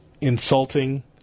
insulting